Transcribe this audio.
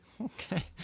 okay